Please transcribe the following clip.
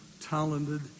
talented